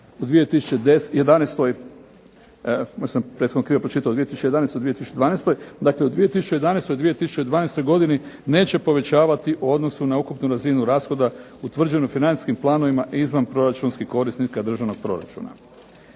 i 2012. godini neće povećavati u odnosu na ukupnu razinu rashoda utvrđenu financijskim planovima i izvanproračunskih korisnika državnog proračuna.